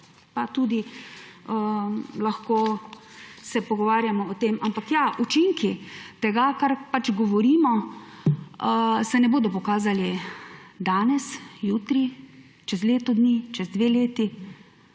pa tudi lahko pogovarjamo o tem. Ampak, ja, učinki tega, o čemer se pač govorimo, se ne bodo pokazali danes, jutri, čez leto dni, čez dve leti.